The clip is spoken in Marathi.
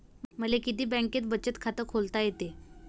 मले किती बँकेत बचत खात खोलता येते?